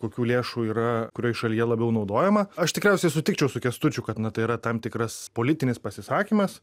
kokių lėšų yra kurioj šalyje labiau naudojama aš tikriausiai sutikčiau su kęstučiu kad tai yra tam tikras politinis pasisakymas